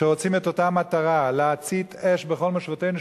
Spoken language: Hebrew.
שרוצים את אותה מטרה: להצית אש בכל מושבותינו,